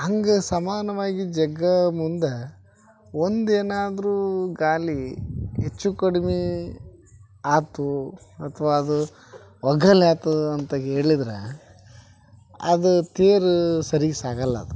ಹಂಗೆ ಸಮಾನವಾಗಿ ಜಗ್ಗೋ ಮುಂದೆ ಒಂದು ಏನಾದರೂ ಗಾಲಿ ಹೆಚ್ಚು ಕಡಿಮೆ ಆಯ್ತು ಅಥವಾ ಅದು ಒಗ್ಗಲ್ಯಾತು ಅಂತ ಹೇಳಿದ್ರ ಅದು ತೇರು ಸರಿ ಸಾಗಲ್ಲದು